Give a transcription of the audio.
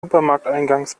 supermarkteingangs